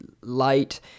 light